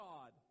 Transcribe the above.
God